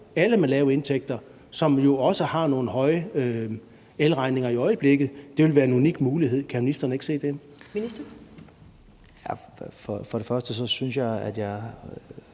alle med lave indtægter, som jo også har nogle høje elregninger i øjeblikket. Det ville være en unik mulighed. Kan ministeren ikke se det? Kl. 13:13 Første næstformand